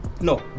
No